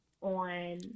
on